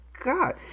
god